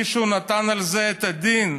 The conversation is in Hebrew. מישהו נתן על זה את הדין?